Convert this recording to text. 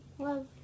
Love